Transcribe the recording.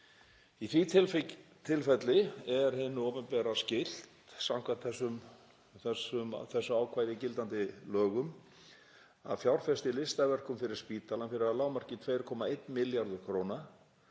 Í því tilfelli er hinu opinbera skylt, samkvæmt þessu ákvæði í gildandi lögum, að fjárfesta í listaverkum fyrir spítalann fyrir að lágmarki 2,1 milljarð kr.